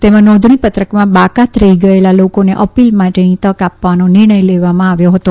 તેમાં નોંધણીપત્રકમાં બાકાત રહી ગયેલા લોકોને અપીલ માટેની તક આપવાનો નિર્ણય કરવામાં આવ્યો હતો